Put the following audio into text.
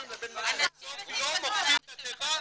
----- בסוף יום הופכים את התיבה,